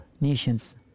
nations